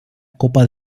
copa